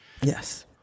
yes